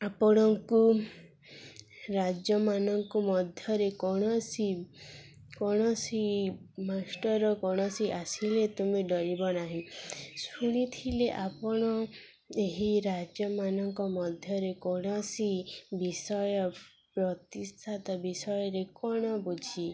ଆପଣଙ୍କୁ ରାଜ୍ୟମାନଙ୍କୁ ମଧ୍ୟରେ କୌଣସି କୌଣସି ମାଷ୍ଟର କୌଣସି ଆସିଲେ ତୁମେ ଡରିବ ନାହିଁ ଶୁଣିଥିଲେ ଆପଣ ଏହି ରାଜ୍ୟମାନଙ୍କ ମଧ୍ୟରେ କୌଣସି ବିଷୟ ପ୍ରତୀକ୍ଷିତ ବିଷୟରେ କ'ଣ ବୁଝି